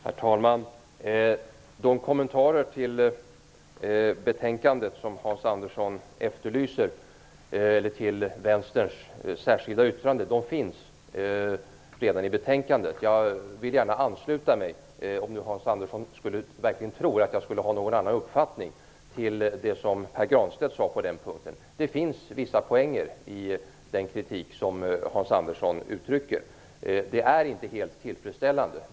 Herr talman! De kommentarer till Vänsterpartiets särskilda yttrande som Hans Andersson efterlyser finns redan i betänkandet. Om nu Hans Andersson tror att jag skulle ha någon annan uppfattning vill jag gärna ansluta mig till det Pär Granstedt sade på denna punkt. Det finns vissa poänger i den kritik som Hans Andersson uttrycker. Den ordning vi har är inte helt tillfredsställande.